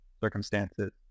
circumstances